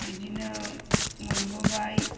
बिदिनो मोनबोबाय